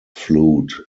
flute